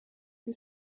que